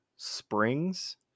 springs